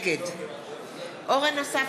נגד אורן אסף